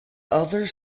other